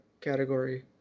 category